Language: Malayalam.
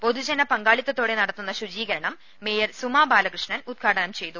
പൊതുജന പങ്കാളിത്തതോടെ നടത്തുന്ന ശുചീകരണം മേയർ സുമാ ബാലകൃഷ്ണൻ ഉദ്ഘാടനം ചെയ്തു